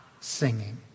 singing